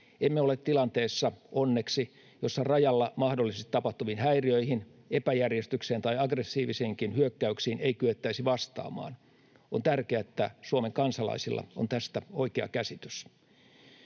Emme ole tilanteessa — onneksi — jossa rajalla mahdollisesti tapahtuviin häiriöihin, epäjärjestykseen tai aggressiivisiinkin hyökkäyksiin ei kyettäisi vastaamaan. On tärkeää, että Suomen kansalaisilla on tästä oikea käsitys.